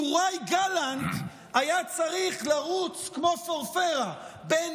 טוראי גלנט היה צריך לרוץ כמו פורפרה בין